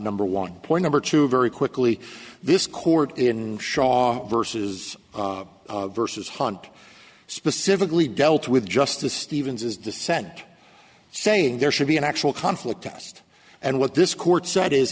number one point number two very quickly this court in shaw versus versus hunt specifically dealt with justice stevens is dissent saying there should be an actual conflict test and what this court said is